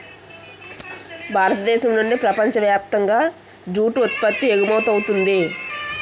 భారతదేశం నుండి ప్రపంచ వ్యాప్తంగా జూటు ఉత్పత్తి ఎగుమవుతుంది